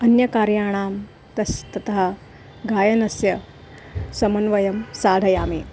अन्यकार्याणां तस्य ततः गायनस्य समन्वयं साधयामि